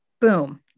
Boom